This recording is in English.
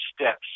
steps